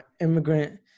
immigrant